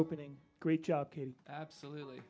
opening a great job absolutely